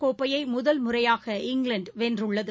கோப்பையைமுதல் முறையாக இங்கிலாந்துவென்றுள்ளது